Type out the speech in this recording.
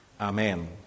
Amen